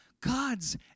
God's